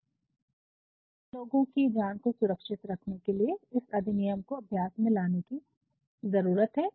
इसलिए लोगों की जान को सुरक्षित रखने के लिए इस अधिनियम को अभ्यास में लाने की जरूरत है